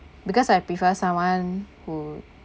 because I prefer someone who